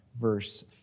verse